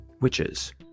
witches